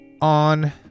on